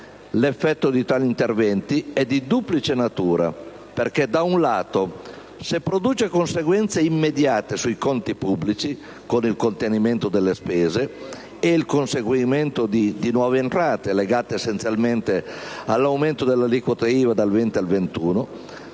L'effetto di tali interventi è di duplice natura, perché, se da un lato produce conseguenze immediate sui conti pubblici, con il contenimento delle spese e il conseguimento di nuove entrate legate essenzialmente all'aumento dell'aliquota IVA dal 20 al 21